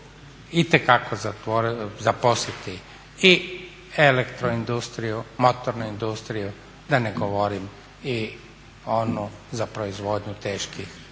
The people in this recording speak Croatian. itekako zaposliti i elektroindustriju, motornu industriju, da ne govorim i onu za proizvodnju teških